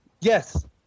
Yes